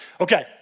Okay